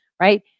Right